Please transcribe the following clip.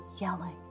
yelling